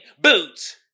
boots